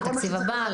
לתקציב הבא,